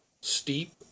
steep